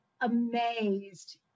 amazed